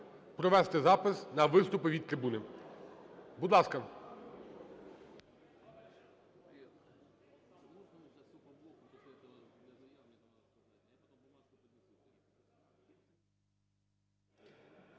провести запис на виступи від трибуни. Будь ласка.